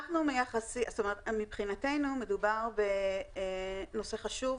מבחינתנו מדובר בנושא חשוב,